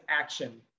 action